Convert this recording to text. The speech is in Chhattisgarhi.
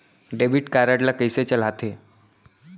डेबिट कारड ला कइसे चलाते?